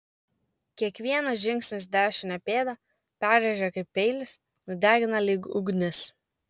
kiekvienas žingsnis dešinę pėdą perrėžia kaip peilis nudegina lyg ugnis